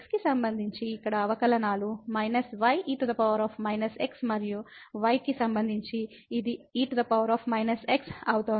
x కి సంబంధించి ఇక్కడ అవకలనాలు మైనస్ ye x మరియు y కి సంబంధించి ఇది e x అవుతుంది